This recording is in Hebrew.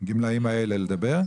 הגמלאים האלה לדבר.